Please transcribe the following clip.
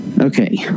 Okay